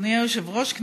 אדוני היושב-ראש,